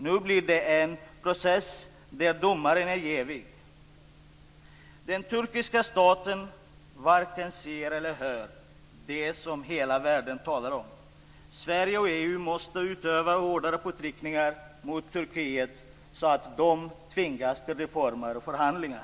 Nu blir det en process där domaren är jävig. Den turkiska staten varken ser eller hör det som hela världen talar om. Sverige och EU måste utöva hårdare påtryckningar mot Turkiet så att det tvingas till reformer och förhandlingar.